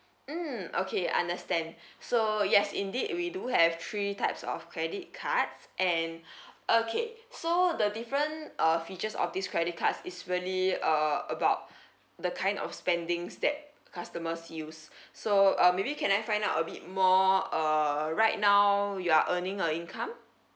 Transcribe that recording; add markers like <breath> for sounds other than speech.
mm okay understand so yes indeed we do have three types of credit cards and <breath> okay so the different uh features of these credit cards is really uh about the kind of spendings that customers use so uh maybe can I find out a bit more uh right now you are earning a income